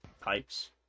pipes